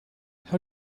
how